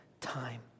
time